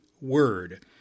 word